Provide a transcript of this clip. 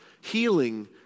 healing